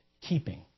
keeping